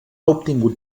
obtingut